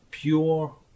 pure